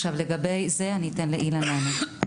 לגבי זה אני אתן לאילן לענות.